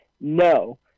no